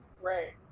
Right